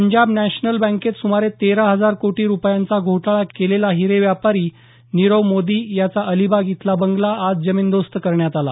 Punjab national बँकेत सुमारे तेरा हजार कोटी रुपयांचा घोटाळा केलेला हिरे व्यापारी नीरव मोदी याचा अलिबाग इथला बंगला आज जमीनदोस्त करण्यात आला